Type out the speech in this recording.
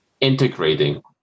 integrating